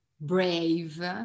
brave